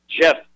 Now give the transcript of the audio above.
Jeff